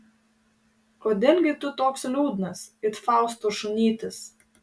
kodėl gi tu toks liūdnas it fausto šunytis